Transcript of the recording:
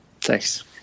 thanks